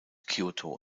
kyōto